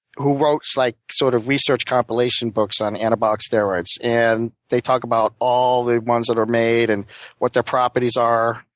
who wrote like sort of research compilation books on anabolic steroids. and they talk about all the ones that are made and what their properties are,